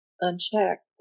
unchecked